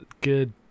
good